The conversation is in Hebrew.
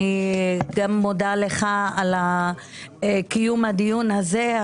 אני גם מודה לך על קיום הדיון הזה.